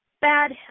bad